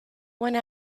one